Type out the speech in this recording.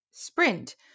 sprint